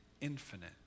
infinite